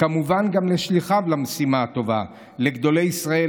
וכמובן גם לשליחיו למשימה הטובה: לגדולי ישראל,